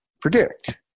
predict